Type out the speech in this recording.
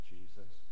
Jesus